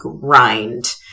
grind